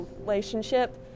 relationship